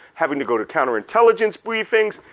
having to go to counterintelligence briefings,